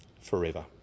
forever